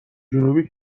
جنوبی